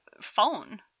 phone